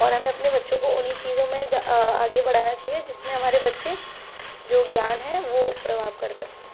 और हमें अपने बच्चों को उन्हीं चीजो में ज अ आगे बढ़ाना चाहिए जिसमें हमारे बच्चे जो ज्ञान है वो प्रभाव कर सकते हैं